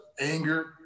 anger